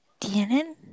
Tienen